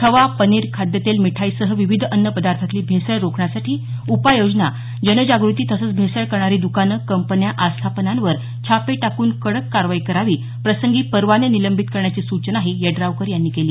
खवा पनीर खाद्यतेल मिठाईसह विविध अन्न पदार्थातली भेसळ रोखण्यासाठी उपाययोजना जनजागृती तसंच भेसळ करणारी दुकानं कंपन्या आस्थापनांवर छापे टाकून कडक कारवाई करावी प्रसंगी परवाने निलंबित करण्याची सूचनाही यड्रावकर यांनी केली